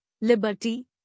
liberty